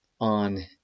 on